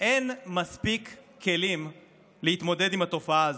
אין מספיק כלים להתמודד עם התופעה הזאת.